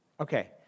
Okay